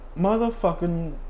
motherfucking